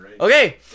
Okay